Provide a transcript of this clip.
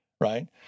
right